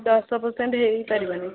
ଦଶ ପର୍ସେଣ୍ଟ୍ ହେଇପାରିବନି